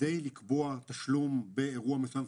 כדי לקבוע תשלום באירוע מסוים,